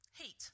Heat